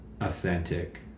authentic